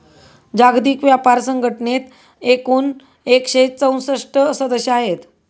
जागतिक व्यापार संघटनेत एकूण एकशे चौसष्ट सदस्य आहेत